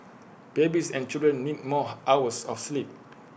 babies and children need more hours of sleep